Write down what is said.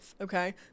okay